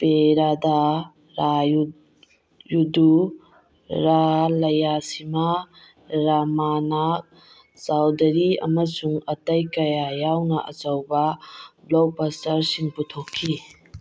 ꯄꯦꯔꯥꯗꯥ ꯔꯥꯏꯌꯨꯗ ꯌꯨꯗꯨ ꯔꯥꯂꯩꯌꯥꯁꯤꯃꯥ ꯔꯃꯥꯅꯥꯛ ꯆꯥꯎꯗꯔꯤ ꯑꯃꯁꯨꯡ ꯑꯇꯩ ꯀꯌꯥ ꯌꯥꯎꯅ ꯑꯆꯧꯕ ꯕ꯭ꯂꯣꯛ ꯕꯁꯇꯔꯁꯤꯡ ꯄꯨꯊꯣꯛꯈꯤ